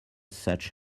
such